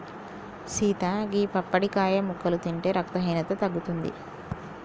సీత గీ పప్పడికాయ ముక్కలు తింటే రక్తహీనత తగ్గుతుంది